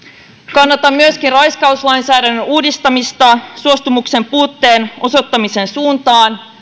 kannatan myöskin raiskauslainsäädännön uudistamista suostumuksen puutteen osoittamisen suuntaan